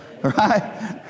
Right